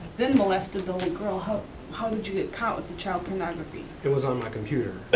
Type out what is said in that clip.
then molested the little girl, how how did you get caught with the child pornography? it was on my computer,